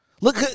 Look